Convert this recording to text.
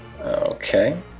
okay